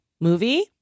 movie